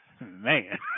Man